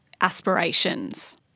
aspirations